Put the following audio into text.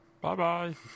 bye-bye